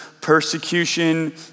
persecution